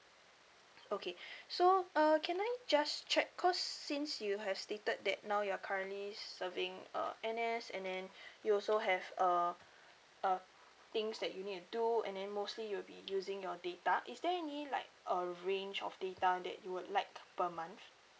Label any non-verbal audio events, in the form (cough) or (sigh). okay (breath) so uh can I just check cause since you have stated that now you're currently serving uh N_S and then (breath) you also have uh uh things that you need todo and then mostly you'll be using your data is there any like uh range of data that you would like per month